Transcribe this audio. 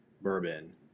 bourbon